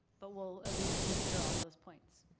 but we'll at least consider all those points.